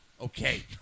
okay